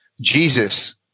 Jesus